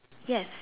yes